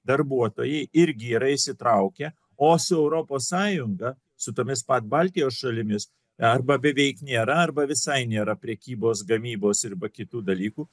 darbuotojai irgi yra įsitraukę o su europos sąjunga su tomis pat baltijos šalimis arba beveik nėra arba visai nėra prekybos gamybos irba kitų dalykų